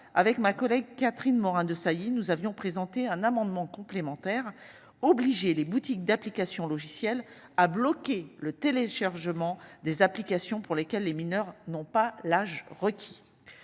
avec ma collègue Catherine Morin-Desailly. Nous avions présenté un amendement complémentaires obliger les boutiques d'applications logicielles à bloquer le téléchargement des applications pour lesquelles les mineurs non pas l'âge requis.